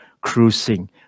cruising